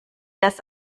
das